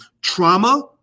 Trauma